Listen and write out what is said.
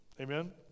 Amen